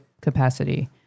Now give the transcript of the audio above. capacity